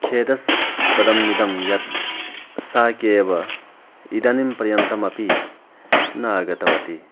खेदस्पदम् इदं यत् सा केब् इदानीं पर्यन्तम् अपि न आगतवती